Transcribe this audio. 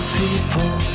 people